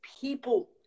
people